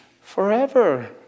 forever